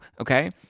Okay